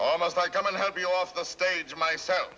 almost like i'm unhappy off the stage myself